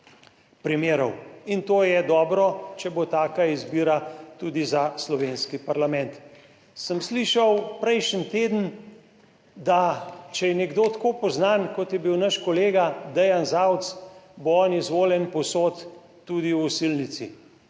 in to je dobro, če bo taka izbira tudi za slovenski parlament sem slišal prejšnji teden, da če je nekdo tako poznan, kot je bil naš kolega Dejan Zavec, bo on izvoljen povsod, tudi v Osilnici,